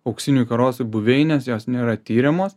auksinių karosų buveinės jos nėra tiriamos